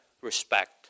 respect